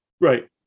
Right